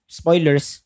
spoilers